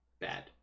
bad